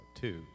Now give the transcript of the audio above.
two